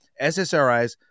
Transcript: SSRIs